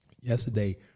yesterday